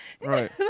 Right